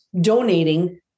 donating